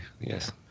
yes